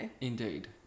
Indeed